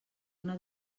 una